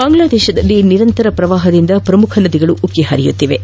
ಬಾಂಗ್ಲಾದೇಶದಲ್ಲಿ ನಿರಂತರ ಪ್ರವಾಹದಿಂದ ಪ್ರಮುಖ ನದಿಗಳು ಉಕ್ಕಿ ಹರಿಯುತ್ತಿವೆ